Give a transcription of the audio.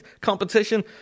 competition